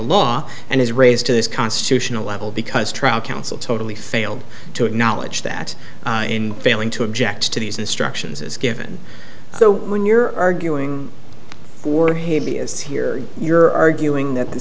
law and is raised to this constitutional level because trial counsel totally failed to acknowledge that in failing to object to these instructions as given when you're arguing for him he is here you're arguing that the